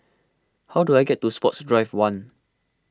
how do I get to Sports Drive one